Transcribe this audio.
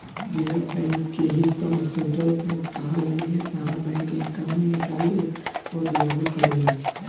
reserve bank के ही त सेन्ट्रल बैंक कहाला इहे सारा बैंक ला कानून निकालेले अउर लागू करेले